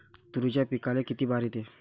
तुरीच्या पिकाले किती बार येते?